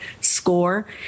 SCORE